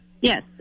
Yes